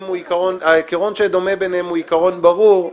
העיקרון שדומה ביניהם הוא עיקרון ברור,